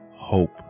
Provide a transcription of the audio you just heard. hope